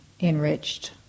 enriched